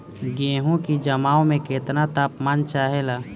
गेहू की जमाव में केतना तापमान चाहेला?